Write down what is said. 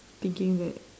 thinking that